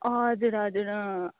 हजुर हजुर